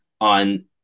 on